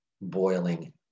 boiling